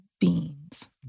beans